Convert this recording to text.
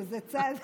שזה צעד